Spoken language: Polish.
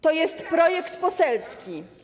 To jest projekt poselski.